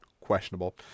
questionable